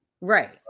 Right